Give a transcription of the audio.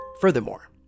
Furthermore